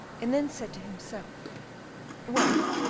and then said to himself well,